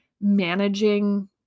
managing